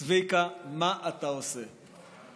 צביקה, מה אתה עושה?